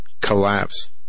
collapse